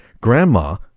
grandma